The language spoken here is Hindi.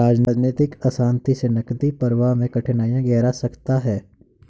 राजनीतिक अशांति से नकदी प्रवाह में कठिनाइयाँ गहरा सकता है